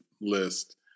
list